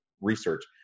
research